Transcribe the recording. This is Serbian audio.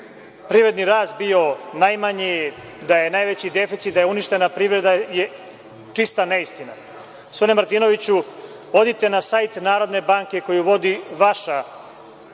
privredni rast bio najmanji, da je najveći deficit, da je uništena privreda, je čista neistina. Gospodine Martinoviću, idite na sajt Narodne banke, koju vodi vaš